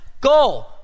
go